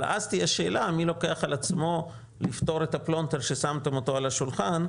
אבל אז תהיה שאלה מי לוקח על עצמו לפתור את הפלונטר ששמתם על השולחן,